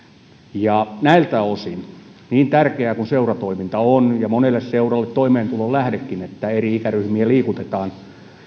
näiltä osin niin tärkeää kuin seuratoiminta on ja monelle seuralle toimeentulon lähdekin että eri ikäryhmiä liikutetaan